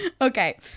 Okay